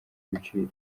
ibiciro